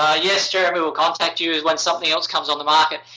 ah yes, jeremy, we'll contact you once something else comes on the market.